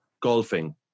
golfing